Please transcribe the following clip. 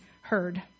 heard